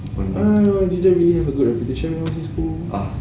ah I didn't really have a good reputation in school